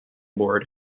board